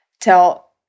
tell